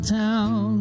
town